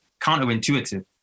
counterintuitive